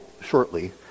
shortly